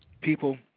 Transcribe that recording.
People